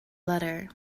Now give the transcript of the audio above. letter